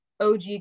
OG